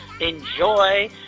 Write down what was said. Enjoy